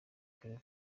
claver